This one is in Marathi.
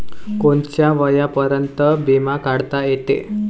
कोनच्या वयापर्यंत बिमा काढता येते?